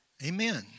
Amen